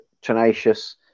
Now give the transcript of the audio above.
tenacious